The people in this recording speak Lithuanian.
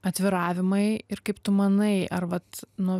atviravimai ir kaip tu manai ar vat nuo